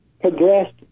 progressed